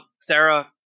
Sarah